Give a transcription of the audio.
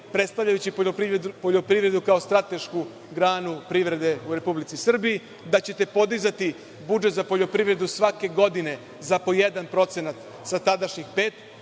predstavljajući poljoprivredu kao stratešku granu privrede u Republici Srbiji, da ćete podizati budžet za poljoprivredu svake godine za po jedan procenat sa tadašnjih pet.